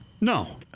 No